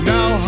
Now